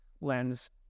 lens